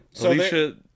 Alicia